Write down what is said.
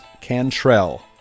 Cantrell